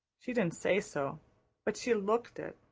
she didn't say so but she looked it.